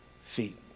feet